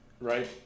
right